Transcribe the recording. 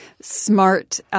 smart –